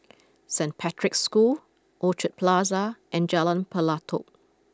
Saint Patrick's School Orchard Plaza and Jalan Pelatok